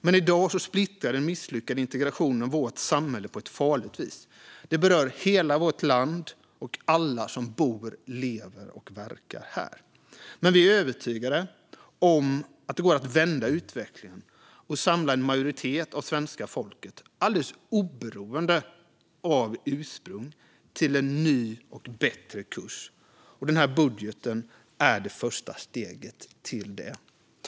Men i dag splittrar den misslyckade integrationen vårt samhälle på ett farligt vis. Det berör hela vårt land och alla som bor, lever och verkar här. Men vi är övertygade om att det går att vända utvecklingen och samla en majoritet av svenska folket - alldeles oberoende av ursprung - till en ny och bättre kurs. Denna budget är det första steget till det.